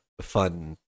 fun